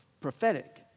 prophetic